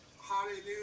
hallelujah